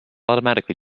automatically